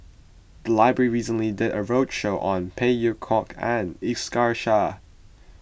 the library recently did a roadshow on Phey Yew Kok and Iskandar Shah